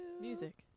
Music